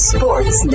Sports